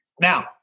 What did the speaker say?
now